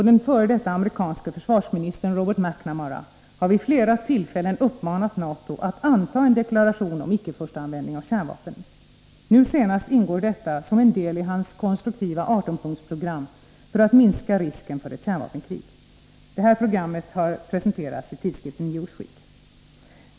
Den f. d. amerikanske försvarsministern Robert McNamara har vid flera tillfällen uppmanat NATO att anta en deklaration om icke-första användning av kärnvapen. Nu senast ingår detta som en del i hans konstruktiva 18-punktsprogram för att minska risken för ett kärnvapenkrig. Detta program har presenterats i tidskriften Newsweek.